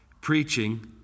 preaching